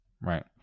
right